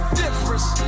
difference